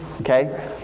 okay